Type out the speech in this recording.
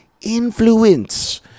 influence